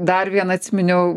dar vieną atsiminiau